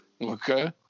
Okay